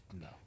No